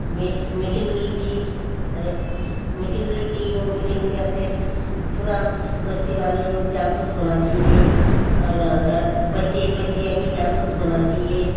में मीटिंग ली थी और मीटिंग ली थी वो मीटिंग में अपने पूरी बस्ती वाले लोग जागरुत होना चाहिए और बच्चे बच्चे अभी जागरुत होना चाहिए